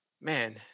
man